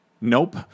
Nope